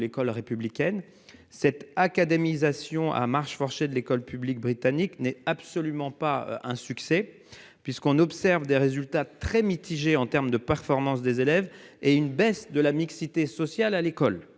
l'école républicaine. Au demeurant, cette académisation à marche forcée de l'école publique britannique n'est absolument pas un succès, puisque l'on observe des résultats très nuancés en matière de performances des élèves et une baisse de la mixité sociale à l'école.